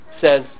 says